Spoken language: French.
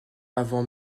avant